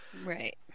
Right